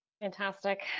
Fantastic